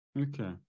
Okay